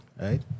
right